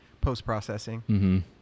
post-processing